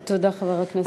תודה, חבר הכנסת גפני.